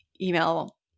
email